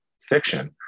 fiction